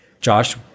Josh